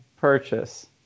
purchase